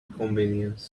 convenience